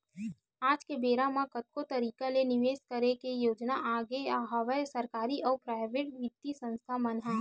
आज के बेरा म कतको तरिका ले निवेस करे के योजना आगे हवय सरकारी अउ पराइेवट बित्तीय संस्था मन म